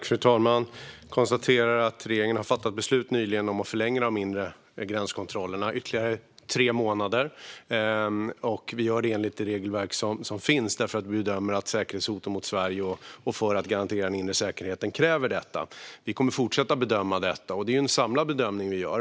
Fru talman! Regeringen har nyligen fattat beslut om att förlänga de inre gränskontrollerna i ytterligare tre månader. Vi gör det enligt det regelverk som finns, då vi bedömer att det krävs med anledning av säkerhetshoten mot Sverige och för att vi ska kunna garantera den inre säkerheten. Vi kommer att fortsätta bedöma detta, och det är en samlad bedömning vi gör.